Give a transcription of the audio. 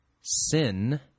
sin